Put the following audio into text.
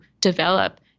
develop